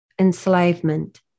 enslavement